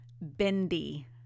bendy